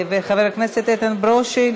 חבר הכנסת איתן ברושי,